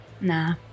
Nah